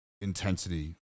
intensity